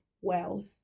wealth